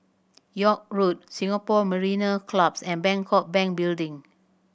York Road Singapore Mariner Clubs and Bangkok Bank Building